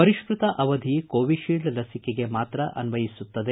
ಪರಿಷ್ಕತ ಅವಧಿ ಕೋವಿಶೀಲ್ಡ್ ಲಸಿಕೆಗೆ ಮಾತ್ರ ಅನ್ವಯಿಸುತ್ತದೆ